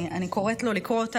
אני קוראת לו לקרוא אותה,